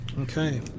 Okay